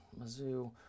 Mizzou